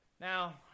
Now